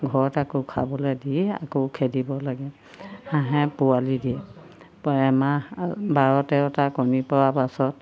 ঘৰত আকৌ খাবলৈ দি আকৌ খেদিব লাগে হাঁহে পোৱালি দিয়ে এমাহত বাৰ তেৰটা কণী পৰাৰ পাছত